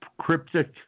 cryptic